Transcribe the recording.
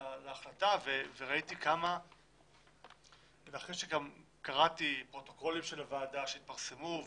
להחלטה ואחרי שגם קראתי פרוטוקולים של הוועדה שהתפרסמו,